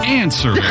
answer